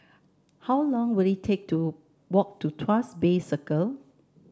how long will it take to walk to Tuas Bay Circle